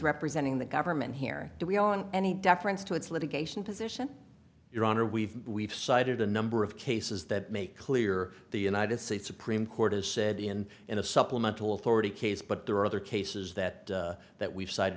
representing the government here do we on any deference to its litigation position your honor we've we've cited a number of cases that make clear the united states supreme court has said in in a supplemental authority case but there are other cases that that we've